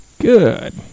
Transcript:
Good